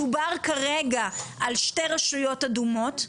מדובר כרגע על שתי רשויות אדומות,